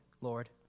Lord